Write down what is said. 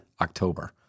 October